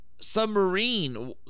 submarine